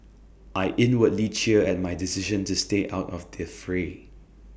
I inwardly cheer at my decision to stay out of the fray